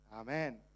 Amen